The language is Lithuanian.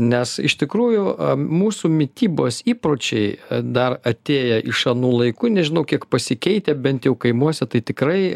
nes iš tikrųjų mūsų mitybos įpročiai dar atėję iš anų laikų nežinau kiek pasikeitę bent jau kaimuose tai tikrai